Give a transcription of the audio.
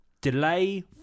delay